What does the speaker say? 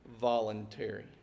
voluntary